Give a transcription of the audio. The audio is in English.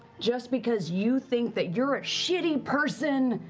just because you think that you're a shitty person,